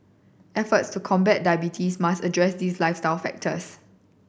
efforts to combat diabetes must address these lifestyle factors